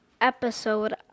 episode